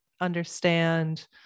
understand